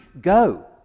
Go